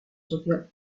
social